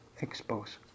expose